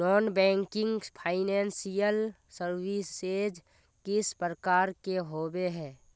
Non banking financial services किस प्रकार के होबे है?